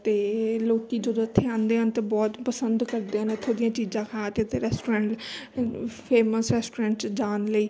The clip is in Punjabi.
ਅਤੇ ਲੋਕ ਜਦੋਂ ਇੱਥੇ ਆਉਂਦੇ ਹਨ ਤਾਂ ਬਹੁਤ ਪਸੰਦ ਕਰਦੇ ਹਨ ਇੱਥੋਂ ਦੀਆਂ ਚੀਜ਼ਾਂ ਖਾ ਕੇ ਅਤੇ ਰੈਸਟੋਰੈਂਟ ਫੇਮਸ ਰੈਸਟੋਰੈਂਟ 'ਚ ਜਾਣ ਲਈ